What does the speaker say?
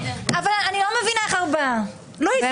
הצבעה לא אושרו.